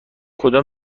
کدام